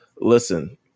Listen